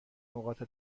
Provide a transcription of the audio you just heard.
نقاط